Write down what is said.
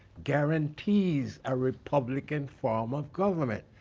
guarantees a republican form of government.